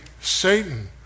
Satan